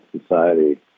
Society